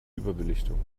überbelichtung